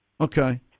Okay